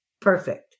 perfect